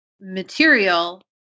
material